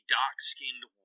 dark-skinned